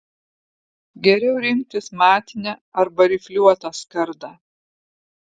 geriau rinktis matinę arba rifliuotą skardą